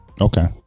Okay